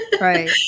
Right